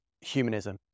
humanism